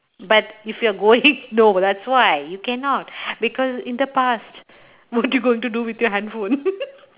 but if you're going no that's why you cannot because in the past what you going to do with your handphone